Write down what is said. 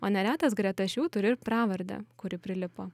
o neretas greta šių turi ir pravardę kuri prilipo